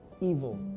evil